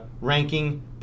ranking